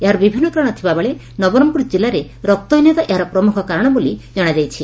ଏହାର ବିଭିନ୍ନ କାରଣ ଥିବାବେଳେ ନବରଙ୍ଙପୁର ଜିଲ୍ଲାରେ ରକ୍ତହୀନତା ଏହାର ଏକ ପ୍ରମୁଖ କାରଣ ବୋଲି ଜଣାଯାଇଛି